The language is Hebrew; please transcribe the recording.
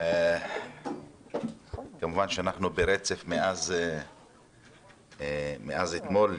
אנחנו ברצף מאז אתמול,